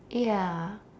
ya